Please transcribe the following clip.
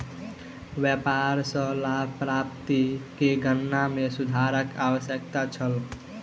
व्यापार सॅ लाभ प्राप्ति के गणना में सुधारक आवश्यकता छल